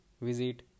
visit